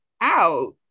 out